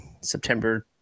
September